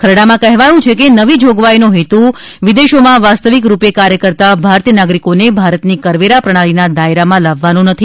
ખરડામાં કહેવાયું છે કે નવી જોગવાઇનો હેત્ર વેદેશોમાં વાસ્તવિક રૂપે કાર્ય કરતા ભારતીય નાગરિકોને ભારતની કરવેરા પ્રણાલીના દાયરામાં લાવવાનો નથી